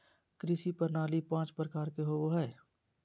कृषि प्रणाली पाँच प्रकार के होबो हइ